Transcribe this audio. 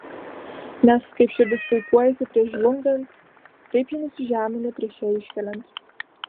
nes kaip širdis puikuojasi prieš žlungant taip ji nusižemina prieš ją iškeliant